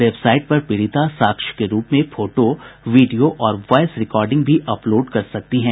website पर पीड़िता साक्ष्य के रूप में फोटो वीडियो और वॉयस रिकॉर्डिंग भी अपलोड कर सकती हैं